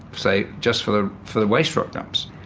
say just for the for the waste-rock dumps.